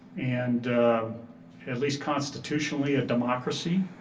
and at least constitutionally, a democracy.